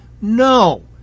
No